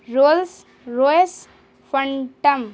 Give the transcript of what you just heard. Rolls Royce phantom